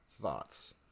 Thoughts